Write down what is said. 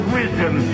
wisdom